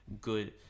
good